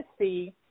see